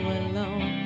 alone